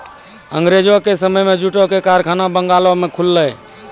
अंगरेजो के समय मे जूटो के कारखाना बंगालो मे खुललै